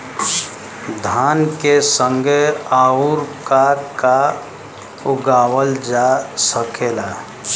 धान के संगे आऊर का का उगावल जा सकेला?